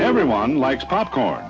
everyone likes popcorn